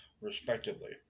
respectively